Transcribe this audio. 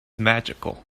magical